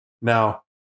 now